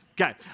Okay